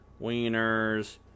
Wieners